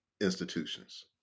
institutions